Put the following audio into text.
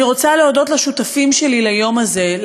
אני רוצה להודות לשותפים שלי ליום הזה,